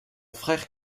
frère